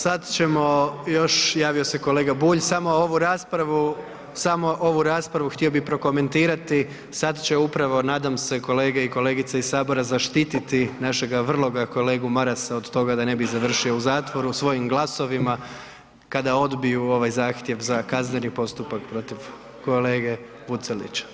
Sad ćemo javio se kolega Bulj, samo ovu raspravu htio bih prokomentirati, sad će upravo nadam se kolegice i kolege iz Sabora zaštititi našega vrloga kolegu Marasa od toga da ne bi završio u zatvoru svojim glasovima kada odbiju ovaj zahtjev za kazneni postupak protiv kolege Vucelića.